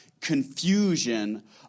confusion